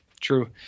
True